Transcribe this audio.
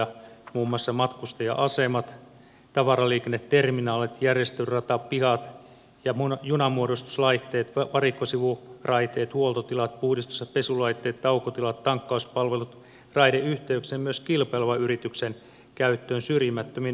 muun muassa matkustaja asemat tavaraliikenneterminaalit järjestelyratapihat ja junanmuodostuslaitteet varikkosivuraiteet huoltotilat puhdistus ja pesulaitteet taukotilat tankkauspalvelut raideyhteyksiä myös kilpailevan yrityksen käyttöön syrjimättömin ehdoin